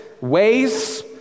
ways